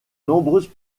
nombreuses